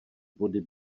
body